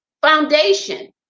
foundation